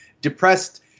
depressed